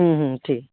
হুম হুম ঠিক আছে